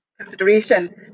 consideration